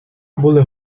були